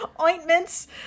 Ointments